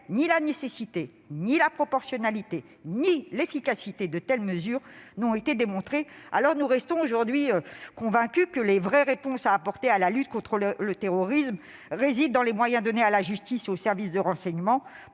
ni la nécessité, ni la proportionnalité, ni l'efficacité de telles mesures n'ont été démontrées. Nous restons aujourd'hui convaincus que les vraies réponses à apporter pour lutter contre le terrorisme résident dans les moyens donnés à la justice et aux services de renseignement,